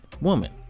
woman